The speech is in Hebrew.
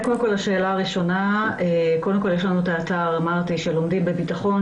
באתר "לומדים בביטחון"